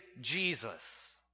Jesus